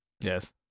Yes